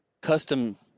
Custom